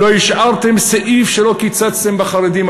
לא השארתם סעיף שלא קיצצתם בחרדים,